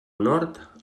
nord